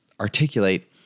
articulate